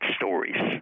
stories